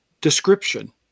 description